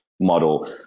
model